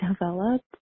developed